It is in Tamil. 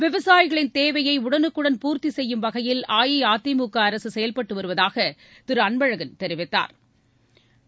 விவசாயிகளின் தேவையை உடனுக்குடன் பூர்த்தி செய்யும் வகையில் அஇஅதிமுக அரசு செயல்பட்டு வருவதாக திரு அன்பழகன் தெரிவித்தாா்